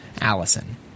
Allison